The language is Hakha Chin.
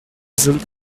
zulh